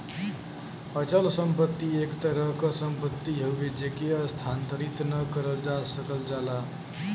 अचल संपत्ति एक तरह क सम्पति हउवे जेके स्थानांतरित न करल जा सकल जाला